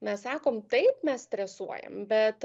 mes sakom taip mes stresuojam bet